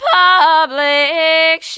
public